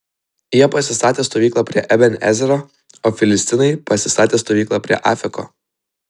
jie pasistatė stovyklą prie eben ezero o filistinai pasistatė stovyklą prie afeko